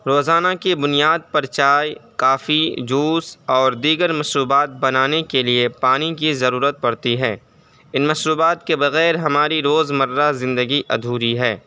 روزانہ کی بنیاد پر چائے کافی جوس اور دیگر مشروبات بنانے کے لیے پانی کی ضرورت پڑتی ہے ان مشروبات کے بغیر ہماری روزمرہ زندگی ادھوری ہے